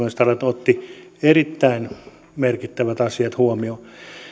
ja strand ottivat erittäin merkittävät asiat huomioon